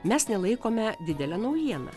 mes nelaikome didele naujiena